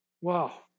Wow